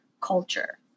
culture